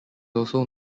also